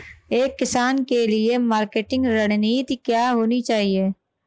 एक किसान के लिए मार्केटिंग रणनीति क्या होनी चाहिए?